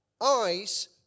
eyes